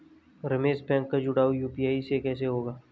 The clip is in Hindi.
रमेश बैंक का जुड़ाव यू.पी.आई से कैसे होगा?